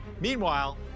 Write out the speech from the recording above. Meanwhile